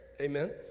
amen